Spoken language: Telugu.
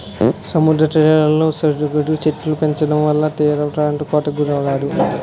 సముద్ర తీరాలలో సరుగుడు చెట్టులు పెంచడంవల్ల తీరప్రాంతం కోతకు గురికాదు